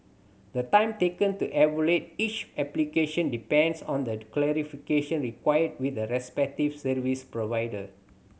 the time taken to evaluate each application depends on the clarification required with the respective service provider